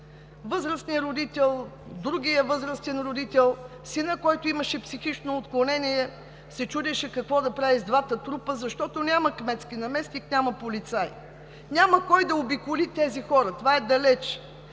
възрастният родител, другият възрастен родител, а синът, който имаше психично отклонение, се чудеше какво да прави с двата трупа, защото няма кметски наместник, няма полицаи. Няма кой да обиколи тези хора, далече